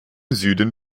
süden